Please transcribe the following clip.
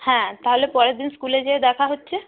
হ্যাঁ তাহলে পরের দিন স্কুলে যেয়ে দেখা হচ্ছে